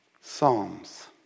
Psalms